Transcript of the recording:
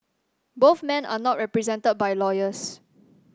both men are not represented by lawyers